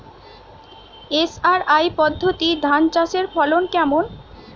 SRI পদ্ধতি ধান চাষের ফলন কেমন?